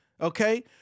okay